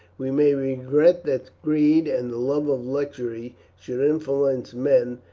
we may regret that greed and the love of luxury should influence men,